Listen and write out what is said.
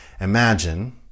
Imagine